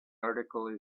article